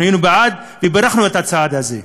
אנחנו היינו בעד ובירכנו על הצעד הזה.